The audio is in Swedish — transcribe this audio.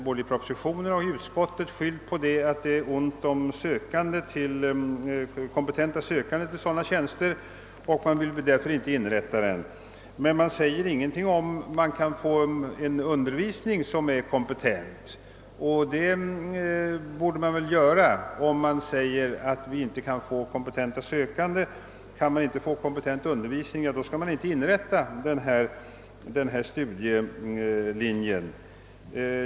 Både i propositionen och utlåtandet skyller man på att det är ont om kompetenta sökande till en sådan tjänst och därför vill man inte inrätta den. Men man säger ingenting om huruvida man kan få kompetent undervisning, och det borde man göra om man säger att vi inte kan få kompetenta sökande. Lyckas man inte få till stånd kompetent undervisning, skall inte denna studielinje inrättas.